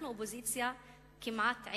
אנחנו אופוזיציה כמעט עקבית.